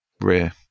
rare